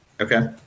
Okay